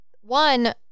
One